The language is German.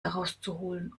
herauszuholen